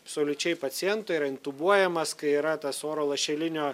absoliučiai paciento yra intubuojamas kai yra tas oro lašelinio